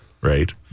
right